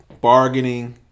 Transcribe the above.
bargaining